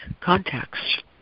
context